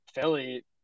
Philly